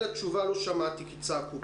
כי צעקו פה.